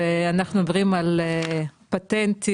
ואנחנו מדברים על פטנטים,